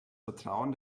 vertrauen